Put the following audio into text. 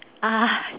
(uh huh)